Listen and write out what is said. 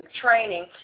training